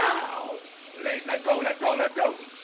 out let let go, let go, let go